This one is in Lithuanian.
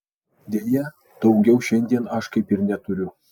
deja daugiau šiandien aš kaip ir neturiu